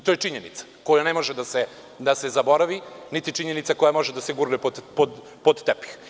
To je činjenica koja ne može da se zaboravi, niti činjenica koja može da se gurne pod tepih.